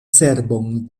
cerbon